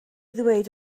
ddweud